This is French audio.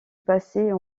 passer